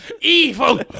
Evil